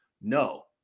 No